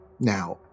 now